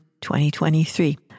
2023